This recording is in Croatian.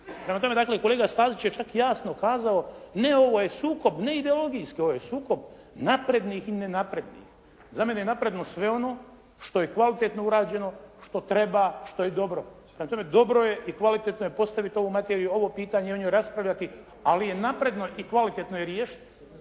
kolega Stazić je čak jasno kazao. Ne ovo je sukob ne ideologijski. Ovo je sukob naprednih i nenaprednih. Za mene je naprednost sve ono što je kvalitetno urađeno, što treba, što je dobro. Prema tome, dobro je i kvalitetno je postaviti ovu materiju i ovo pitanje i o njoj raspravljati, ali je napredno i kvalitetno je riješiti.